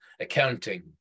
Accounting